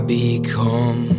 become